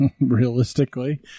realistically